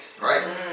right